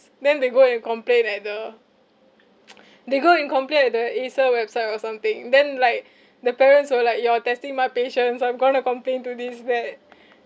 then they go and complain at the they go and complain at the acer website or something then like the parents were like you are testing my patience I'm going to complain to this bad